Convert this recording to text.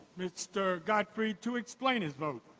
mr. gottfried to explain his vote.